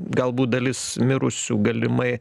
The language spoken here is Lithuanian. galbūt dalis mirusių galimai